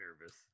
nervous